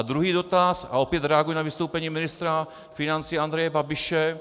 Druhý dotaz, a opět reaguji na vystoupení ministra financí Andreje Babiše.